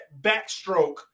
backstroke